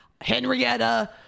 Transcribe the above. Henrietta